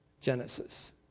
Genesis